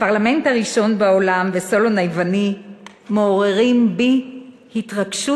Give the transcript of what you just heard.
הפרלמנט הראשון בעולם וסולון היווני מעוררים בי התרגשות